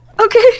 Okay